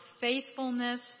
faithfulness